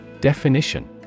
Definition